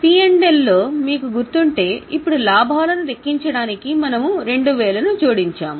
P L లో మీకు గుర్తుంటే ఇప్పుడు లాభాలను లెక్కించడానికి మనము 2000 ని జోడించాము